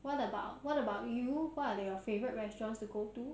what about what about you what are your favourite restaurants to go to